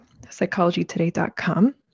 psychologytoday.com